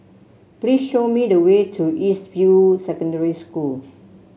please show me the way to East View Secondary School